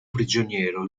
prigioniero